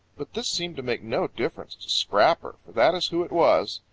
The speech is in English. but this seemed to make no difference to scrapper, for that is who it was.